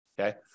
Okay